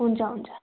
हुन्छ हुन्छ